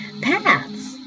paths